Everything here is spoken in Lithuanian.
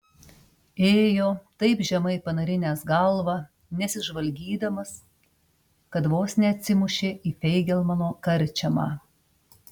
ėjo taip žemai panarinęs galvą nesižvalgydamas kad vos neatsimušė į feigelmano karčiamą